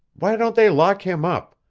why don't they lock him up?